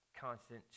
constant